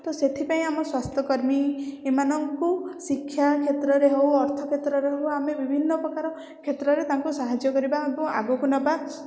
ତ ସେଥିପାଇଁ ଆମ ସ୍ୱାସ୍ଥ୍ୟକର୍ମୀ ଏମାନଙ୍କୁ ଶିକ୍ଷା କ୍ଷେତ୍ରରେ ହେଉ ଅର୍ଥ କ୍ଷେତ୍ରରେ ହେଉ ଆମେ ବିଭିନ୍ନ ପ୍ରକାର କ୍ଷେତ୍ରରେ ତାଙ୍କୁ ସାହାଯ୍ୟ କରିବା ଏବଂ ଆଗକୁ ନେବା